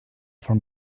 from